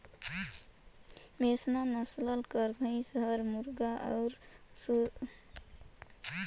मेहसाना नसल कर भंइस हर मुर्रा अउ सुरती का संकर ले जनमल परजाति हवे